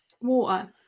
Water